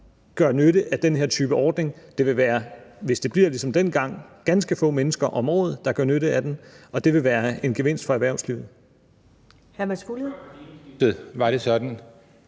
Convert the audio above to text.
drager nytte af den her type ordning. Det vil være, hvis det bliver ligesom dengang, ganske få mennesker om året, der drager nytte af den, og det vil være en gevinst for erhvervslivet. Kl. 14:18 Første næstformand